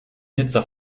nizza